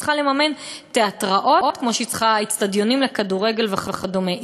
צריכה לממן תיאטראות ואצטדיונים לכדורגל וכדומה,